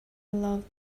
loved